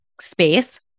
space